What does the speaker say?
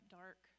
dark